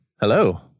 Hello